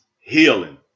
healing